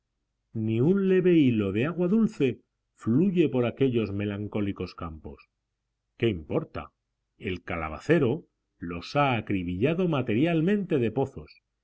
ni un leve hilo de agua dulce fluye por aquellos melancólicos campos qué importa el calabacero losha acribillado materialmente de pozos